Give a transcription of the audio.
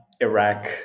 iraq